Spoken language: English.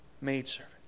maidservant